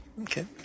Okay